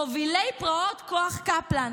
מובילי פרעות כוח קפלן,